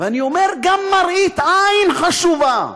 ואני אומר: גם מראית עין חשובה.